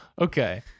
okay